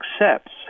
accepts